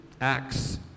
Acts